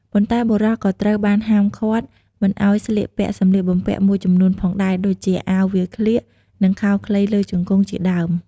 ប៉ុន្តែបុរសក៏ត្រូវបានហាមឃាតមិនឲ្យស្លៀកពាក់សម្លៀកបំពាក់មួយចំនួនផងដែរដូចជា អាវវាលក្លៀក និងខោខ្លីលើជង្គង់ជាដើម។